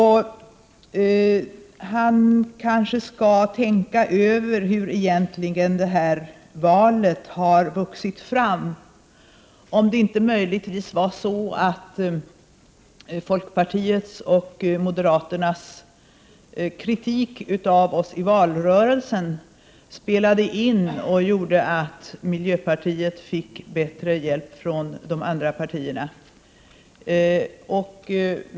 Han kanske skall tänka över hur valet egentligen har vuxit fram, om det inte möjligtvis var så att folkpartiet och moderaternas kritik av oss i valrörelsen spelade in och gjorde att miljöpartiet fick bättre hjälp från de andra partierna.